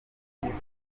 ngwino